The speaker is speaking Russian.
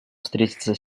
встретиться